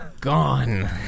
gone